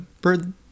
bird